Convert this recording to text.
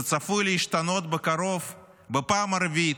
שצפוי להשתנות בקרוב בפעם הרביעית.